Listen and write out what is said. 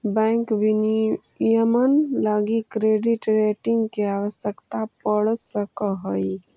bank विनियमन लगी credit rating के आवश्यकता पड़ सकऽ हइ